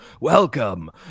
welcome